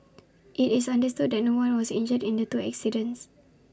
IT is understood that no one was injured in the two accidents